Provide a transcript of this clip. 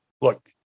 look